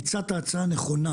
הצעת הצעה נכונה,